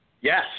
Yes